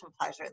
pleasure